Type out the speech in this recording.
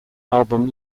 album